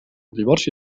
divorci